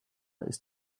ist